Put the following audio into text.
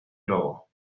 globo